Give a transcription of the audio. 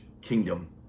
kingdom